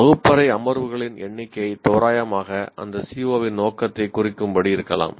வகுப்பறை அமர்வுகளின் எண்ணிக்கை தோராயமாக அந்த CO இன் நோக்கத்தைக் குறிக்கும்படி இருக்கலாம்